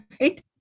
right